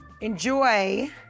enjoy